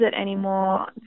anymore